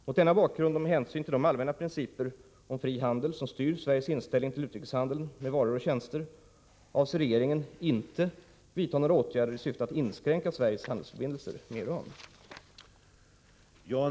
Mot denna bakgrund och med hänsyn till de allmänna principer om fri handel som styr Sveriges inställning till utrikeshandeln med varor och tjänster avser regeringen inte vidta några åtgärder i syfte att inskränka Sveriges handelsförbindelser med Iran.